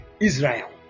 Israel